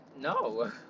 No